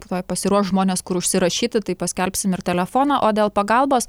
tuoj pasiruoš žmonės kur užsirašyti tai paskelbsim ir telefoną o dėl pagalbos